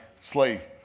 slave